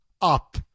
up